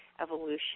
evolution